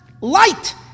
light